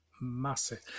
massive